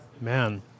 Man